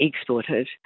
exported